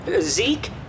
Zeke